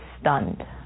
stunned